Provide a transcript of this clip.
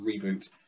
Reboot